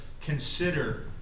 consider